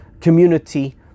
community